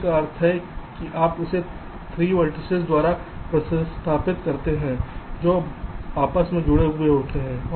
3 का अर्थ है कि आप इसे 3 वेर्तिसेस द्वारा प्रतिस्थापित करते हैं जो आपस में जुड़े होते हैं